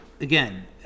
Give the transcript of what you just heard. again